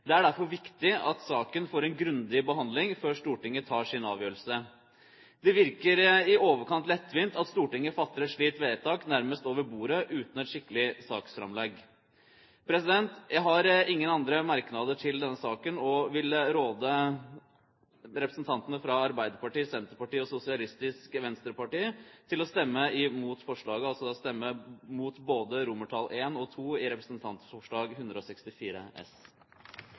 Det er derfor viktig at saken får en grundig behandling før Stortinget tar sin avgjørelse. Det virker i overkant lettvint at Stortinget fatter et slikt vedtak – nærmest over bordet – uten et skikkelig saksframlegg. Jeg har ingen andre merknader til denne saken og vil råde representantene fra Arbeiderpartiet, Senterpartiet og Sosialistisk Venstreparti til å stemme mot forslaget, altså stemme mot I og II i Representantforslag 164 S.